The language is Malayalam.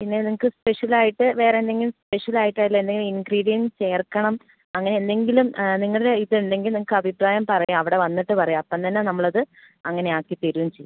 പിന്നെ നിങ്ങൾക്ക് സ്പെഷ്യലായിട്ട് വേറെന്തെങ്കിലും സ്പെഷ്യലായിട്ട് അതിലെന്തെങ്കിലും ഇൻഗ്രീഡിയൻസ് ചേർക്കണം അങ്ങനെ എന്തെങ്കിലും നിങ്ങടേതായിട്ട് ഉണ്ടെങ്കിൽ നിങ്ങൾക്ക് അഭിപ്രായം പറയാം അവിടെ വന്നിട്ട് പറയാം അപ്പം തന്നെ നമ്മളത് അങ്ങനെ ആക്കി തരേം ചെയ്യും